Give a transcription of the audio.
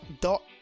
Dot